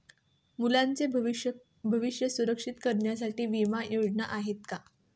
मुलांचे भविष्य सुरक्षित करण्यासाठीच्या विमा योजना आहेत का?